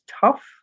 tough